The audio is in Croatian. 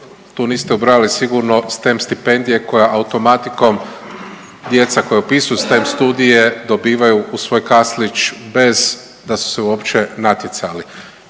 tu niste ubrojali sigurno STEM stipendije koja automatikom djeca koja upisuju STEM studije dobivaju u svoj kaslić bez da su se uopće natjecali.